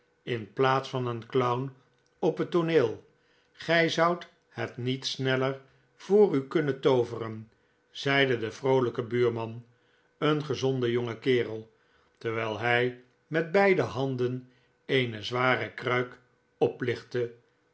in plaats van een clown op het tooneel gij zoudt het niet sneller voor u kunnen tooveren zeide de vroolijke buurman een gezonde jonge kerel terwijl hij met beide handen eene zware kruik oplichtte